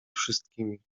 wszystkimi